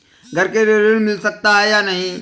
घर के लिए ऋण मिल सकता है या नहीं?